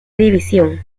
división